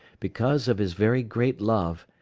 because of his very great love,